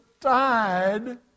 died